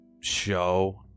show